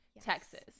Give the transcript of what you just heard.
texas